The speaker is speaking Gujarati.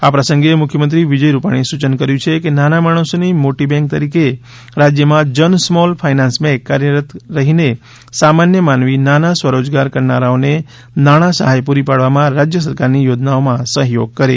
આ પ્રસંગે મુખ્યમંત્રી વિજય રૂપાણીએ સૂચન કર્યું છે કે નાના માણસોની મોટી બેંક તરીકે રાજ્યમાં જન સ્મોલ ફાઇનાન્સ બેંક કાર્યરત રહીને સામાન્ય માનવી નાના સ્વરોજગાર કરનારાઓને નાણાં સહાય પૂરી પાડવામાં રાજ્ય સરકારની યોજનાઓમાં સહયોગ કરે